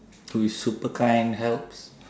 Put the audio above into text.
who is super kind helps